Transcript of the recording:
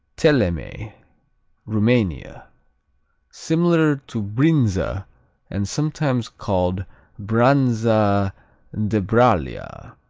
teleme rumania similar to brinza and sometimes called branza de bralia.